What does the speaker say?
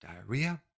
diarrhea